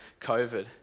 COVID